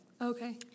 okay